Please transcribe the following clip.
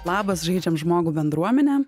labas žaidžiam žmogų bendruomene